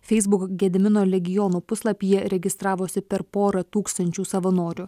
facebook gedimino legiono puslapyje registravosi per porą tūkstančių savanorių